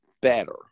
better